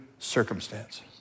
Circumstance